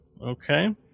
Okay